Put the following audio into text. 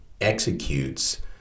executes